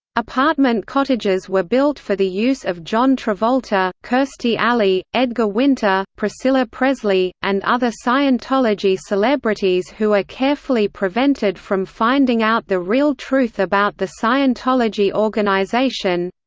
apartment cottages were built for the use of john travolta, kirstie alley, edgar winter, priscilla presley, and other scientology celebrities who are carefully prevented from finding out the real truth about the scientology organization.